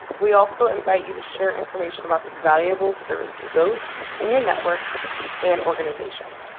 we also invite you to share information about this valuable service to those in your networks and organization.